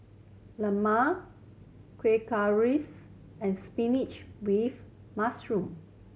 lemang Kueh Rengas and spinach with mushroom